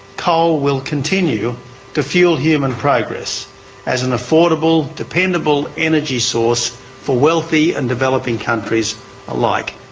coal will continue to fuel human progress as an affordable, dependable energy source for wealthy and developing countries alike.